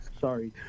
sorry